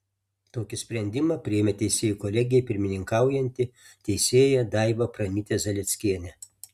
tokį sprendimą priėmė teisėjų kolegijai pirmininkaujanti teisėja daiva pranytė zalieckienė